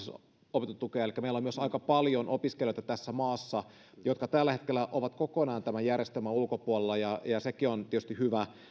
opintotukea elikkä meillä on tässä maassa myös aika paljon opiskelijoita jotka ovat tällä hetkellä kokonaan tämän järjestelmän ulkopuolella sekin on tietysti hyvä